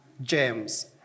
James